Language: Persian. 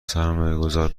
سرمایهگذار